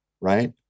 right